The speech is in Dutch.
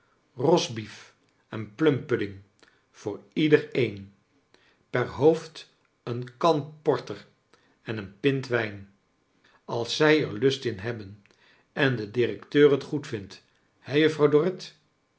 beef en plump udding voor ieuer een per hoofd een kan porter en een pint wijn als zij er lust in hebben en de directeur het good